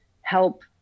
help